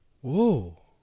Whoa